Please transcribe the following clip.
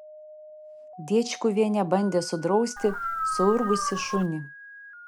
diečkuvienė bandė sudrausti suurzgusį šunį